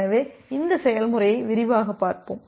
எனவே இந்த செயல்முறையை விரிவாகப் பார்ப்போம்